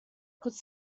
could